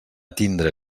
tindre